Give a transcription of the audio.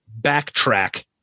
backtrack